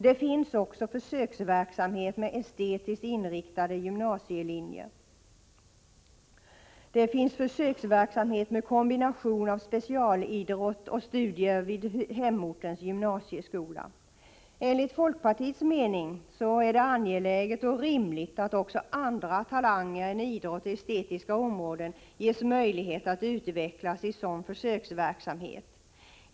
Det finns också försöksverksamhet med estetiskt inriktade gymnasielinjer och försöksverksamhet med kombination av specialidrott och studier vid hemortens gymnasieskola. Enligt folkpartiets mening är det angeläget och rimligt att också andra talanger än idrott och estetiska områden ges möjlighet att utvecklas i sådan försöksverksamhet.